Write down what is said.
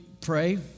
pray